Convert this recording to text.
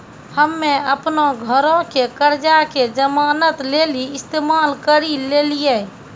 हम्मे अपनो घरो के कर्जा के जमानत लेली इस्तेमाल करि लेलियै